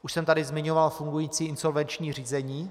Už jsem tady zmiňoval fungující insolvenční řízení.